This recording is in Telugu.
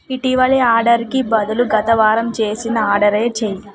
ఇటీవలి ఆర్డర్కి బదులు గత వారం చేసిన ఆర్డరే చేయి